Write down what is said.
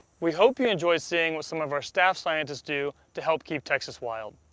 we hope you enjoyed seeing what some of our staff scientists do to help keep texas wild.